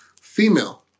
female